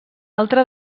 altra